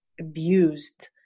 abused